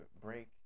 break